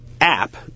app